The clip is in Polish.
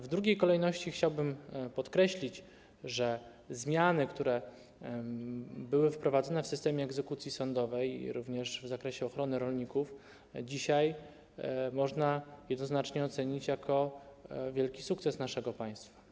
W drugiej kolejności chciałbym podkreślić, że zmiany, które były wprowadzone w systemie egzekucji sądowej, również w zakresie ochrony rolników, dzisiaj można jednoznacznie ocenić jako wielki sukces naszego państwa.